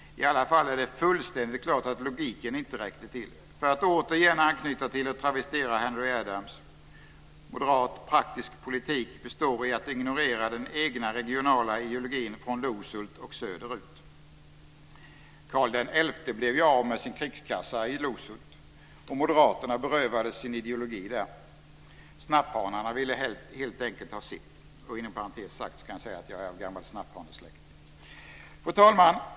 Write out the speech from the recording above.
I alla fall är det fullständigt klart att logiken inte räckte till. För att återigen anknyta till och travestera Henry Adams: Moderat praktisk politik består i att ignorera den egna regionala ideologin från Loshult och söderut. Karl XI blev av med sin krigskassa i Loshult, och moderaterna berövades sin ideologi där. Snapphanarna ville helt enkelt ha sitt. Inom parentes sagt är jag av gammal snapphanesläkt. Fru talman!